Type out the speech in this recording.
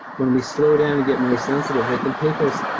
when we slow down and get more sensitive, they can take us,